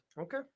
Okay